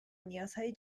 نیازهای